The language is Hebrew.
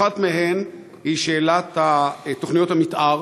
אחת מהן היא שאלת תוכניות המתאר